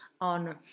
on